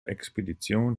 expedition